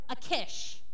Akish